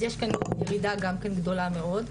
אז יש כאן ירידה גם כן גדולה מאוד.